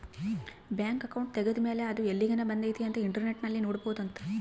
bank account ತೆಗೆದ್ದ ಮೇಲೆ ಅದು ಎಲ್ಲಿಗನ ಬಂದೈತಿ ಅಂತ ಇಂಟರ್ನೆಟ್ ಅಲ್ಲಿ ನೋಡ್ಬೊದು ಅಂತ